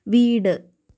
വീട്